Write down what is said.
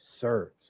serves